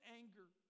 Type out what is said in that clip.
anger